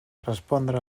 respondre